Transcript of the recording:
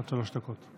עד שלוש דקות.